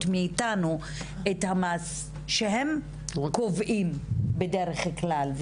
מאיתנו את המס שהם קובעים בדרך כלל.